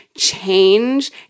change